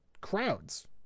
Crowds